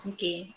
Okay